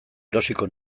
erosiko